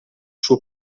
suo